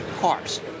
cars